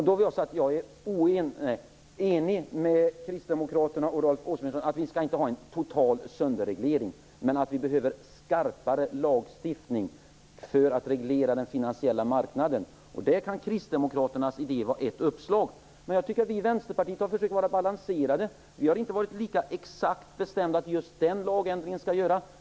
Herr talman! Jag är enig med Kristdemokraterna och Rolf Åbjörnsson om att vi inte skall ha en total sönderreglering. Men vi behöver en skarpare lagstiftning för att reglera den finansiella marknaden, och där kan Kristdemokraternas idé vara ett uppslag. Men vi i Vänsterpartiet har försökt vara balanserade. Vi har inte varit lika bestämda om exakt vilken lagändring som skall göras.